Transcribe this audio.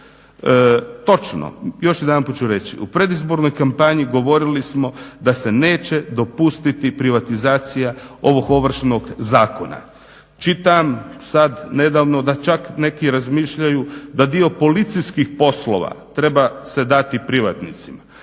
Točno, još jedanput ću reći, u predizbornoj kampanji govorili smo da se neće dopustiti privatizacija ovog Ovršnog zakona. Čitam sad nedavno da čak neki razmišljaju da dio policijskih poslova treba se dati privatnicima,